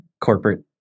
corporate